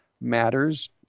matters